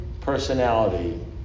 personality